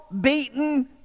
beaten